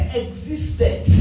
existed